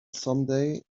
someday